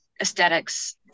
Aesthetics